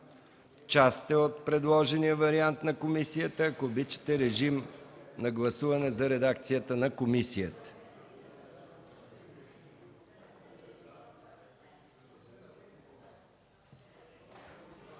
част е от предложения вариант на комисията. Ако обичате, режим на гласуване за редакцията на комисията.